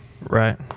right